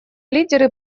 лидеры